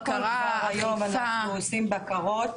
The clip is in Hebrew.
קודם כל, כבר היום אנחנו עושים בקרות